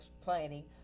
planning